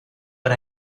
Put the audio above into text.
per